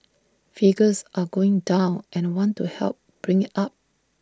figures are going down and I want to help bring IT up